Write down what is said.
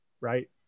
right